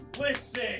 listen